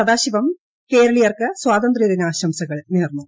സദാശിവം കേരളീയർക്ക് സ്വാതന്ത്രദിനാശംസകൾ നേർന്നു